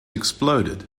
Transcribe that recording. exploded